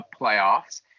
playoffs